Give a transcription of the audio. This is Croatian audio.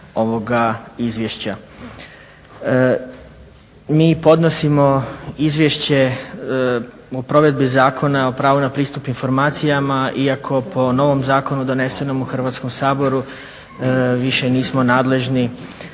ovoga izvješća. Mi podnosimo Izvješće o provedbi Zakona o pravu na pristup informacijama iako po novom zakonu donesenom u Hrvatskom saboru više nismo nadležni